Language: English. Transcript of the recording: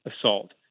assault